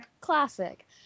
classic